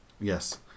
Yes